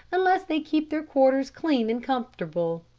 unless they keep their quarters clean and comfortable.